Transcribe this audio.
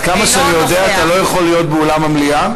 עד כמה שאני יודע אתה לא יכול להיות באולם המליאה.